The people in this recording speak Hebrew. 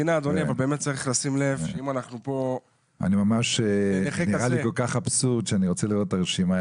זה נראה לי כל כך אבסורד שאני רוצה לראות את הרשימה,